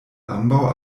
ambaŭ